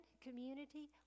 community